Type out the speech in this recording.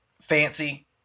fancy